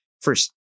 first